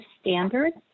standards